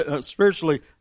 spiritually